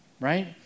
right